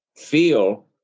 feel